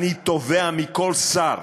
אני תובע מכל שר